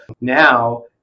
now